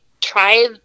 try